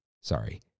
Sorry